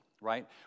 right